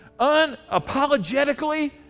Unapologetically